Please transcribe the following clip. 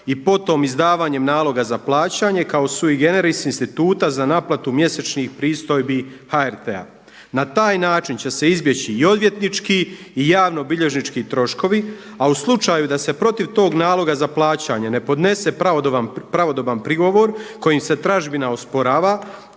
i potom izdavanjem naloga za plaćanje kao sui generis instituta za naplatu mjesečnih pristojbi HRT-a. Na taj način će se izbjeći i odvjetnički i javnobilježnički troškovi, a u slučaju da se protiv tog naloga za plaćanje ne podnese pravodoban prigovor kojim se tražbina osporava